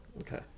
Okay